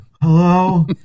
Hello